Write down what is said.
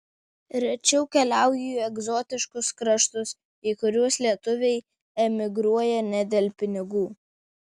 rečiau keliauju į egzotiškus kraštus į kuriuos lietuviai emigruoja ne dėl pinigų